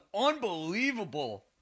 unbelievable